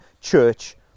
church